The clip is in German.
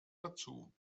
dazu